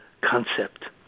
concept